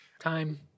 Time